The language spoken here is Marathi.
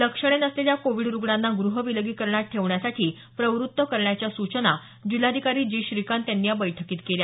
लक्षणे नसलेल्या कोविड रुग्णांना गृह विलगीकरणात ठेवण्यासाठी प्रवृत्त करण्याच्या सूचना जिल्हाधिकारी जी श्रीकांत यांनी या बैठकीत केल्या